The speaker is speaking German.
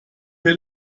hier